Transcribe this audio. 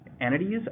entities